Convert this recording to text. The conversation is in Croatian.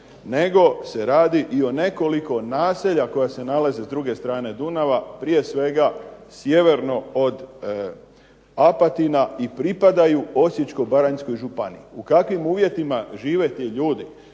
nego se radi i o nekoliko naselja koja se nalaze s druge strane Dunava, prije svega sjeverno od Apatina i pripadaju Osječko-baranjskoj županiji. U kakvim uvjetima žive ti ljudi